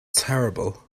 terrible